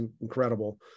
incredible